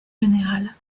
générale